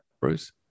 Bruce